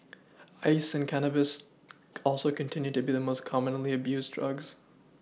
ice and cannabis also continue to be the most commonly abused drugs